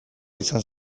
izan